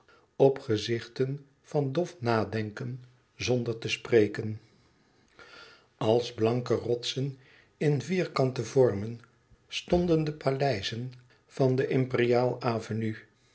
op gezichten van dof nadenken zonder te spreken als blanke rotsen in vierkante vormen stonden de paleizen van de imperiaal avenue